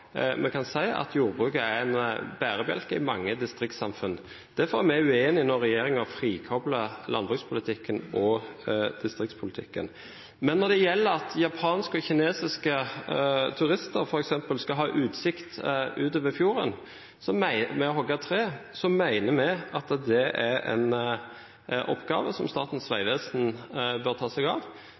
vi kan si at jordbruket er en bærebjelke i mange distriktssamfunn. Derfor er vi uenige når regjeringen frikobler landbrukspolitikken og distriktspolitikken. Når det gjelder det at f.eks. japanske og kinesiske turister skal ha utsikt over fjorden ved at en hogger ned trær, mener vi at det er en oppgave som Statens vegvesen bør ta seg av.